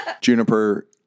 Juniper